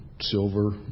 silver